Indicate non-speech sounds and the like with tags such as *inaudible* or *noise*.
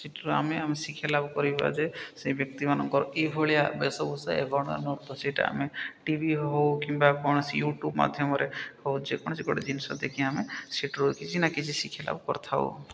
ସେଠାରୁ ଆମେ ଆମେ ଶିକ୍ଷାଲାଭ କରିବା ଯେ ସେ ବ୍ୟକ୍ତିମାନାନଙ୍କର ଏଇଭଳିଆ ଭେଷଭୁସା *unintelligible* ସେଇଟା ଆମେ ଟିଭି ହେଉ କିମ୍ବା କୌଣସି ୟୁଟ୍ୟୁବ୍ ମାଧ୍ୟମରେ ହଉ ଯେକୌଣସି ଗୋଟେ ଜିନିଷ ଦେଖି ଆମେ ସେଠାରୁ କିଛି ନା କିଛି ଶିକ୍ଷାଲାଭ କରିଥାଉ